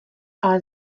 ale